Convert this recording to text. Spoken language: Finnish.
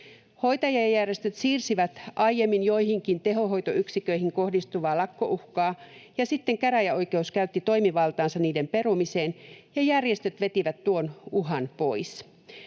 Hoitajajärjestöt siirsivät aiemmin joihinkin tehohoitoyksiköihin kohdistuvaa lakkouhkaa, ja sitten käräjäoikeus käytti toimivaltaansa niiden perumiseen, ja järjestöt vetivät tuon uhan pois.